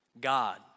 God